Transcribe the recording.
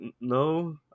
No